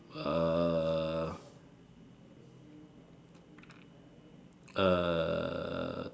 uh